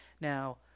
Now